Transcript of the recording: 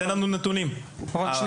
תן לנו נתונים על כמה.